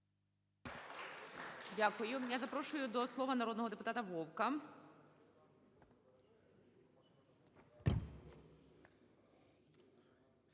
Дякую. Я запрошую до слова народного депутатаКишкаря.